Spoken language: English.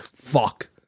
fuck